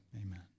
amen